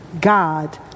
God